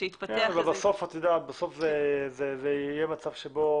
בסוף יהיה מצב בו